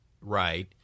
right